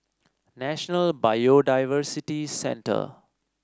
National Biodiversity Centre